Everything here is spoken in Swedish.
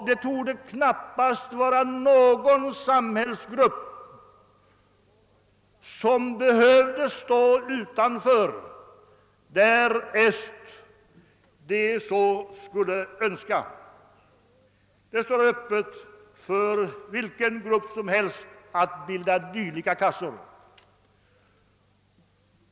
Det torde knappast vara någon samhällsgrupp som behöver stå utanför. Det står öppet för olika grupper att bilda dylika kassor.